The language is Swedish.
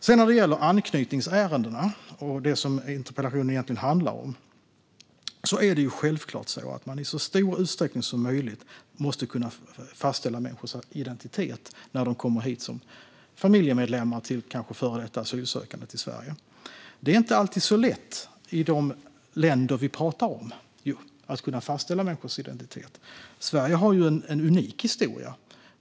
När det sedan gäller anknytningsärendena och det som interpellationen egentligen handlar om måste man självklart i så stor utsträckning som möjligt kunna fastställa människors identitet när de kommer hit som familjemedlemmar till före detta asylsökande i Sverige. Det är inte alltid så lätt att fastställa människors identitet i de länder vi pratar om. Sverige har en unik historia.